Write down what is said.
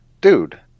Dude